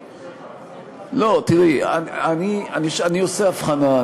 לא, תראי, אני עושה הבחנה.